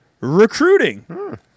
recruiting